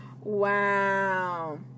Wow